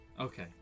Okay